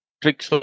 tricks